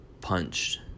punched